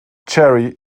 cherry